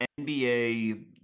NBA